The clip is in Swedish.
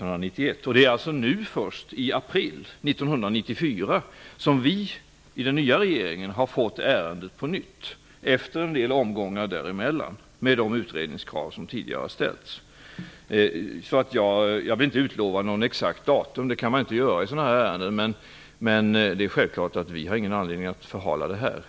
Det är alltså först nu, i april 1994, som vi i denna regering efter en del omgångar och utredningskrav har fått ta del av ärendet. Jag vill inte utlova något exakt datum -- det kan man inte göra i den här typen ärenden -- men vi har självfallet ingen anledning att förhala det.